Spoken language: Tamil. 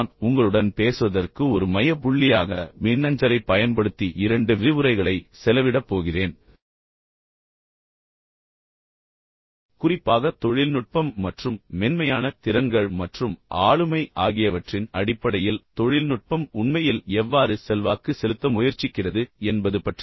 நான் உங்களுடன் பேசுவதற்கு ஒரு மைய புள்ளியாக மின்னஞ்சலைப் பயன்படுத்தி இரண்டு விரிவுரைகளை செலவிடப் போகிறேன் குறிப்பாக தொழில்நுட்பம் மற்றும் மென்மையான திறன்கள் மற்றும் ஆளுமை ஆகியவற்றின் அடிப்படையில் தொழில்நுட்பம் உண்மையில் எவ்வாறு செல்வாக்கு செலுத்த முயற்சிக்கிறது என்பது பற்றி